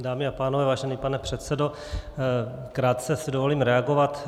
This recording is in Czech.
Dámy a pánové, vážený pane předsedo, krátce si dovolím reagovat.